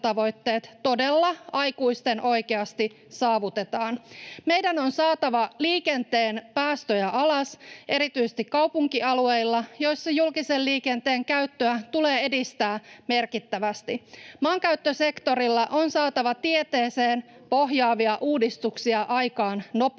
todella aikuisten oikeasti saavutetaan. Meidän on saatava liikenteen päästöjä alas erityisesti kaupunkialueilla, joilla julkisen liikenteen käyttöä tulee edistää merkittävästi. Maankäyttösektorilla on saatava tieteeseen pohjaavia uudistuksia aikaan nopeasti.